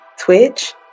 Twitch